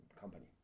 company